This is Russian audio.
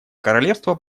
королевство